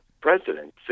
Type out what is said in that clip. president